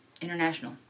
International